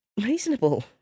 reasonable